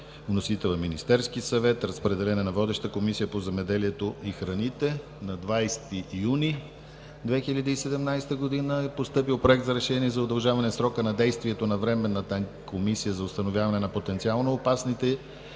Вносител е Министерският съвет. Разпределен е на водещата Комисия по земеделието и храните. На 20 юни 2017 г. е постъпил Проект на решение за удължаване срока на действието на Временната комисия за установяване на потенциално опасните и конкретни